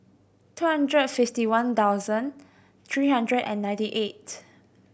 two hundred and fifty one thousand three hundred and ninety eight